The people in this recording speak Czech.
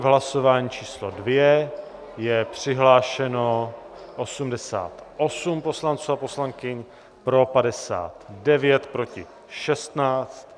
Hlasování číslo 2, je přihlášeno 88 poslanců a poslankyň, pro 59, proti 16.